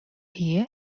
hie